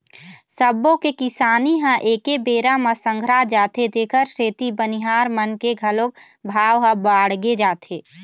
सब्बो के किसानी ह एके बेरा म संघरा जाथे तेखर सेती बनिहार मन के घलोक भाव ह बाड़गे जाथे